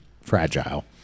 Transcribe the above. fragile